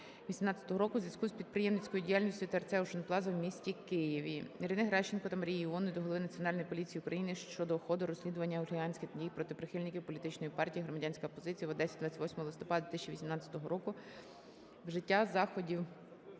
2018 року у зв'язку з підприємницькою діяльністю ТРЦ "ОУШЕН ПЛАЗА" в місті Києві. Ірини Геращенко та Марії Іонової до Голови Національної поліції України щодо ходу розслідування хуліганських дій проти прихильників політичної партії "Громадянська позиція" в Одесі 28 листопада 2018 року, вжиття заходів